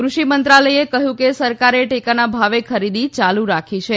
કૃષિ મંત્રાલયે કહ્યું કે સરકારે ટેકાના ભાવે ખરીદી યાલુ રાખી છે